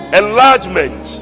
enlargement